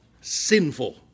sinful